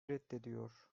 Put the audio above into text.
reddediyor